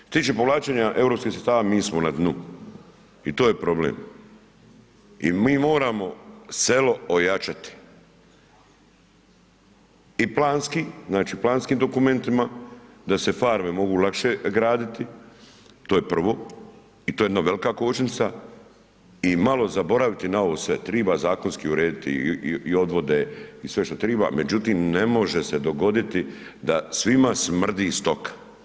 Što se tiče povlačenja europskih sredstava mi smo na dnu i to je problem i mi moramo selo ojačati i planski, znači planskim dokumentima da se farme mogu lakše graditi, to je prvo i to je jedna velika kočnica i malo zaboraviti na ovo sve, triba zakonski urediti i odvode i sve što triba, međutim ne može se dogoditi da svima smrdi stoka.